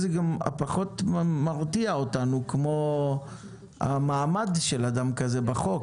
זה פחות מרתיע אותנו כמו המעמד של אדם כזה בחוק,